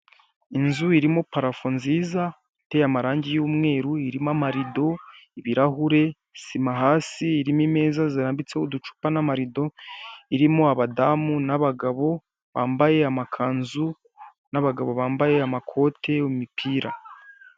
Inzu irimo parafo nziza iteye amarangi y'umweru, irimo amarido, ibirahure, sima hasi irimo imeza zirambitseho uducupa n'amarido, irimo abadamu n'abagabo bambaye amakanzu n'abagabo bambaye amakote, imipira.